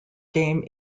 game